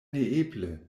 neeble